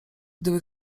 gdyby